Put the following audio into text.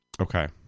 Okay